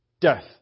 Death